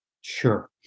Sure